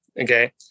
Okay